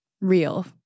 real